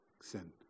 sin